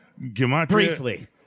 Briefly